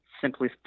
simply